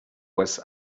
was